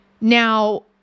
Now